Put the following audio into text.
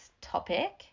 topic